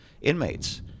inmates